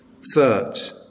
Search